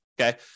okay